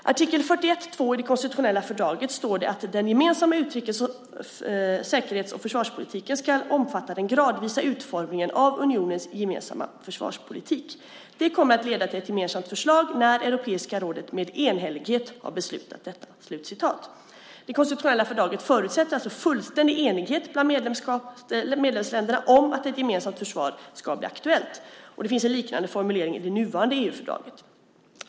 I artikel 41:2 i det konstitutionella fördraget står att den gemensamma säkerhets och försvarspolitiken ska omfatta den gradvisa utformningen av unionens gemensamma försvarspolitik. Det kommer att leda till ett gemensamt försvar, när Europeiska rådet med enhällighet har beslutat detta. Det konstitutionella fördraget förutsätter alltså fullständig enighet bland medlemsländerna om ett gemensamt försvar ska bli aktuellt. En liknande formulering finns i det nuvarande EU-fördraget.